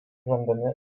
randami